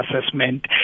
assessment